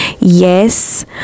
yes